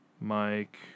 Mike